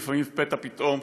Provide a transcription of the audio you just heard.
ולפעמים לפתע פתאום,